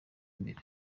imbere